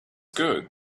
good